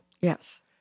Yes